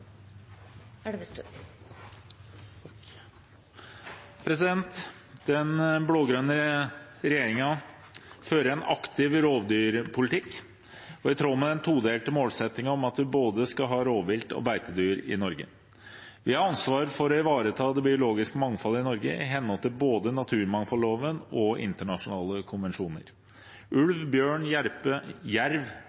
naturliv. Den blå-grønne regjeringen fører en aktiv rovdyrpolitikk i tråd med den todelte målsettingen om at vi skal ha både rovvilt og beitedyr i Norge. Vi har ansvar for å ivareta det biologiske mangfoldet i Norge i henhold til både naturmangfoldloven og internasjonale